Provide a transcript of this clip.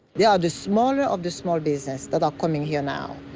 yeah, the smallest of the small business that upcoming here now.